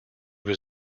was